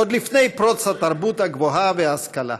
עוד לפני פרוץ התרבות הגבוהה וההשכלה.